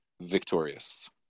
victorious